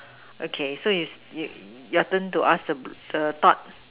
okay so you you your turn to ask the blue the thought